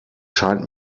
scheint